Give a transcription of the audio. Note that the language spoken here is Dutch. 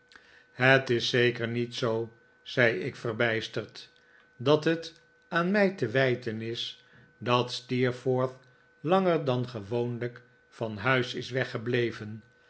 het is zeker niet zoo zei ik verbijsterd dat het aan mij te wijten is dat steerforth langer dan gewoonlijk van huis is weggebleven